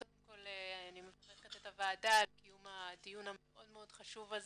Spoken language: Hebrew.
קודם כל אני מברכת את הוועדה על קיום הדיון המאוד חשוב הזה.